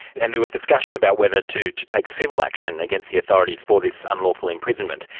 and there was discussion about whether to to take civil action against the authorities for this unlawful imprisonment,